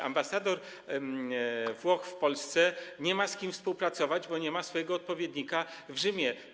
Ambasador Włoch w Polsce nie ma z kim współpracować, bo nie ma swojego odpowiednika w Rzymie.